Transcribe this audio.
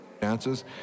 chances